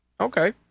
Okay